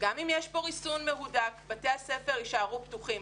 שגם אם יש פה ריסון מהודק בתי הספר יישארו פתוחים.